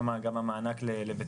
שיש שם גם מענק לווטרנים,